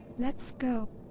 let's go!